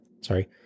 sorry